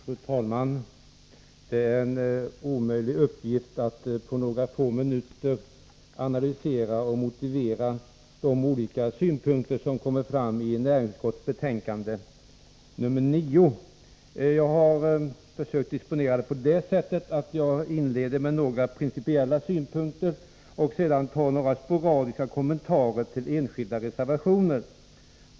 Fru talman! Det är en omöjlig uppgift att på några få minuter analysera och motivera de olika synpunkter som redovisas i näringsutskottets betänkande nr 9. Jag har försökt disponera mitt anförande på det sättet, att jag inleder med några principiella synpunkter för att sedan göra några sporadiska kommentarer till enskilda reservationer.